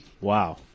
Wow